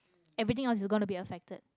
everything else is gonna be affected